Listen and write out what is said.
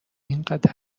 اینقدر